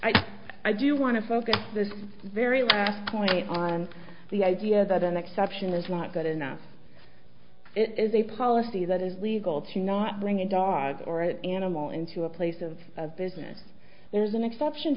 i do want to focus this very last point on the idea that an exception is not good enough it is a policy that is legal to not bring a dog or an animal into a place of business there is an exception